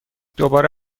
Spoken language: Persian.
دوباره